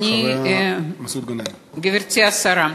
גברתי השרה,